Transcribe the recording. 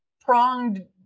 pronged